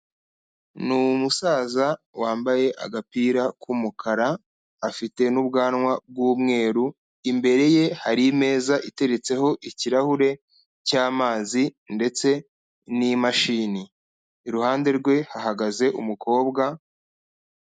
Ni umusaza wambaye agapira k'umukara afite n'ubwanwa bw'umweru imbere ye hari imeza iteretseho ikirahure cy'amazi ndetse n'imashini, iruhande rwe hagaze umukobwa...